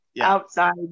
Outside